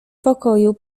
pokoju